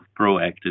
proactive